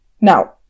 Now